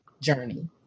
journey